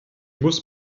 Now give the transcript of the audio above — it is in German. muss